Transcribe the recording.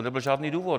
Nebyl žádný důvod.